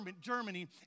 Germany